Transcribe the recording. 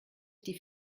die